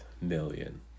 million